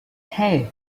hey